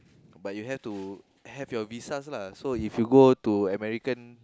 but you have to have your visas lah so if you go to American